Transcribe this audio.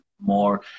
more